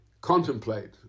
contemplate